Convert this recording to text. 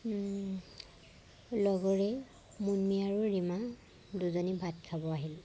লগৰেই মুনমী আৰু ৰীমা দুজনী ভাত খাব আহিল